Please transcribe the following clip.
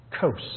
Coast